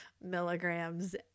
milligrams